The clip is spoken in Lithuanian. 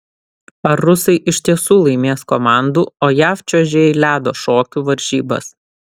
ar rusai iš tiesų laimės komandų o jav čiuožėjai ledo šokių varžybas